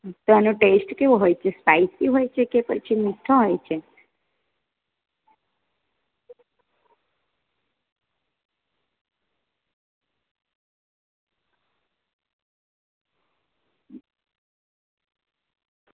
તો આનો ટેસ્ટ કેવો હોય છે સ્પાઈસી હોય છે કે પછી મીઠો હોય છે